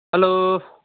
hello